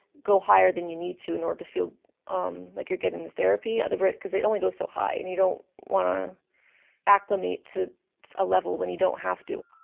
go higher than you need to in order to feel um like you're getting the therapy, otherwise cause it only goes so high. and you don't want to acclimate to a level when you don't have to